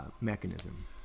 Mechanism